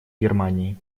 германии